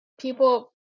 People